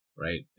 right